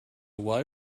why